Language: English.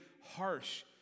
harsh